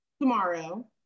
tomorrow